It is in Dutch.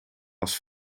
als